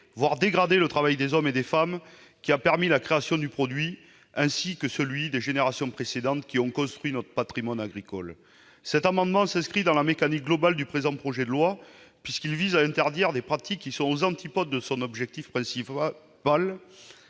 voire dégrader le travail des hommes et des femmes ayant permis la création du produit, ainsi que celui des générations précédentes, qui ont construit notre patrimoine agricole. Cet amendement s'inscrit dans la mécanique globale du présent projet de loi, puisqu'il vise à interdire des pratiques se trouvant aux antipodes de son objectif principal,